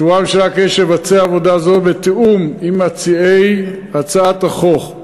סבורה הממשלה כי יש לבצע עבודה זו בתיאום עם מציעי הצעת החוק.